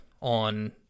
on